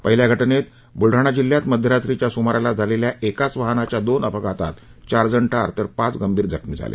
पहिल्या घटनेत बुलडाणा जिल्ह्यात मध्यरात्रीच्या सुमाराला झालेल्या एकाच वाहनाच्या दोन अपघातात चार जण ठार तर पाच गंभीर जखमी झाले